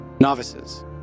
Novices